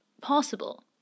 possible